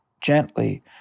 gently